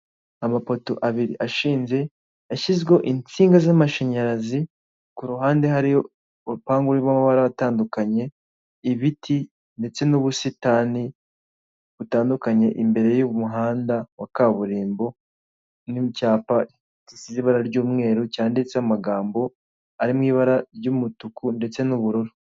Amapoto abiri ashinze, yashyizweho insinga z'amashanyarazi, ku ruhande hari urupangu rurimo amabara atandukanye, ibiti, ndetse n'ubisitani butandukanye, imbere y'umuhanda wa kaburimbo, n'icyapa gisize ibara ry'umweru, cyanditseho amagambo ari mu ibara ry'umutuku ndetse n'ubururu.